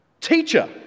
Teacher